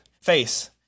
face